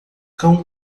cão